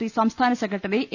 P സംസ്ഥാന secretary A